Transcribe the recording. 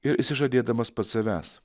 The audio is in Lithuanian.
ir išsižadėdamas pats savęs